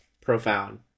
profound